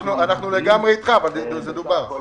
לגמרי איתך, אבל זה דובר.